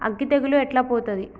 అగ్గి తెగులు ఎట్లా పోతది?